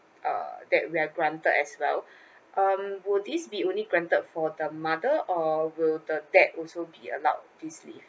uh that we're granted as well um would this be only granted for the mother all will the dad also be allowed